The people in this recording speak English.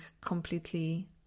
completely